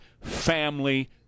family